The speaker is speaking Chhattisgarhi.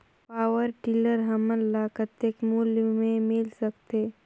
पावरटीलर हमन ल कतेक मूल्य मे मिल सकथे?